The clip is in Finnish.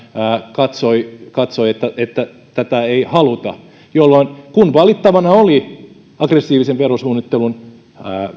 katsoi katsoi että että tätä ei haluta jolloin kun valittavana oli aggressiivisen verosuunnittelun